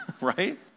right